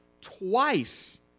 twice